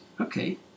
Okay